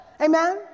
Amen